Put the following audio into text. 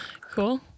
Cool